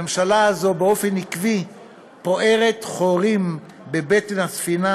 הממשלה הזאת באופן עקבי פוערת חורים בבטן הספינה,